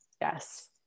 Yes